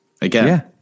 again